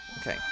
Okay